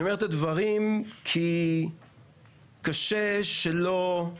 אני אומר את הדברים כי קשה, ואני